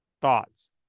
Thoughts